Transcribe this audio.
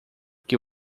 que